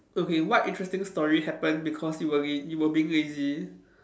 okay what interesting story happened because you were re~ you were being lazy